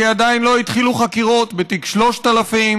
כי עדיין לא התחילו חקירות בתיק 3000,